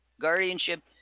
guardianship